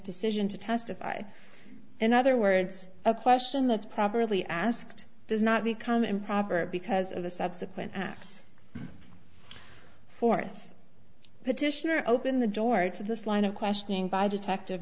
decision to testify in other words a question that's properly asked does not become improper because of the subsequent act fourth petitioner open the door to this line of questioning by detective